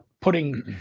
putting